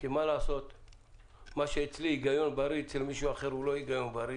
מה שנחשב אצלי כהיגיון בריא, לא נחשב כהיגיון בריא